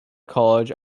college